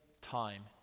time